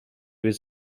was